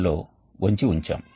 వేరే రకమైన డిజైన్ ఉండవచ్చు